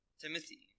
Timothy